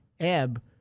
ebb